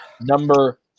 number